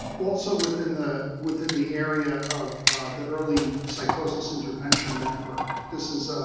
also within the within the area of the early psychosis intervention network, this is